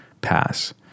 pass